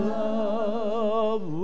love